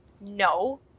no